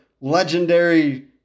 legendary